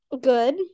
good